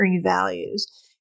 values